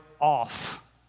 off